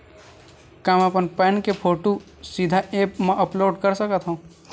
का मैं अपन पैन के फोटू सीधा ऐप मा अपलोड कर सकथव?